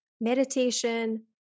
meditation